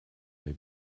may